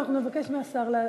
ואנחנו נבקש מהשר לענות.